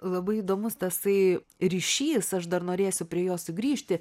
labai įdomus tasai ryšys aš dar norėsiu prie jo sugrįžti